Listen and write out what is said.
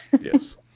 Yes